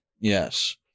Yes